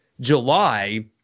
July